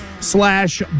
slash